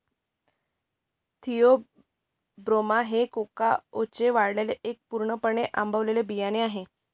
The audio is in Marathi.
थिओब्रोमा हे कोकाओचे वाळलेले आणि पूर्णपणे आंबवलेले बियाणे आहे